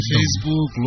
Facebook